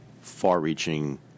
far-reaching